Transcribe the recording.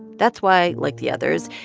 that's why, like the others,